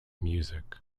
music